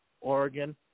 Oregon